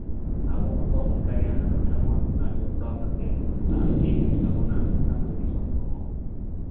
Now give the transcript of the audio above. ᱟᱵᱚ ᱦᱚᱸᱛᱚ ᱚᱱᱠᱟ ᱜᱮ ᱦᱟᱱᱟ ᱴᱚᱴᱷᱟ ᱱᱚᱣᱟ ᱴᱚᱴᱷᱟ ᱡᱚᱯᱲᱟᱣ ᱠᱟᱛᱮ ᱧᱮᱞ ᱦᱩᱭᱩᱜ ᱛᱟᱵᱚᱱᱟ ᱟᱛᱳ ᱫᱤᱥᱚᱢ ᱠᱚᱦᱚᱸ